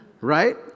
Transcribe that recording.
Right